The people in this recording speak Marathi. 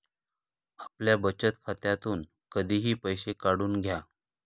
आपल्या बचत खात्यातून कधीही पैसे काढून घ्या